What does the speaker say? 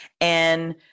and-